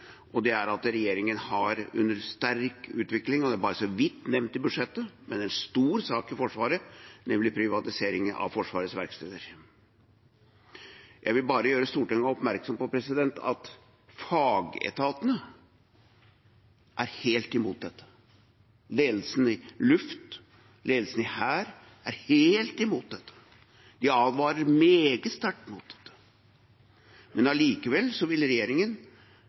og det er at regjeringen har under sterk utvikling – og det er bare så vidt nevnt i budsjettet, men er en stor sak i Forsvaret – en privatisering av Forsvarets verksteder. Jeg vil bare gjøre Stortinget oppmerksom på at fagetatene er helt imot dette. Ledelsen i Luftforsvaret og ledelsen i Hæren er helt imot dette. De advarer meget sterkt mot det. Men allikevel vil regjeringen